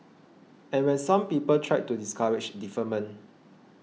and when some people tried to discourage deferment